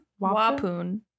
Wapun